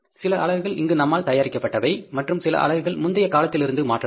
சில அலகுகள் இங்கு நம்மால் தயாரிக்கப்பட்டவை மற்றும் சில அலகுகள் முந்தைய காலத்திலிருந்து மாற்றப்பட்டவை